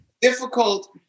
difficult